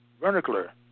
vernacular